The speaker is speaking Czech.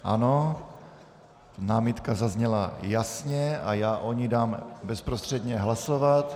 Ano, námitka zazněla jasně a já o ní dám bezprostředně hlasovat.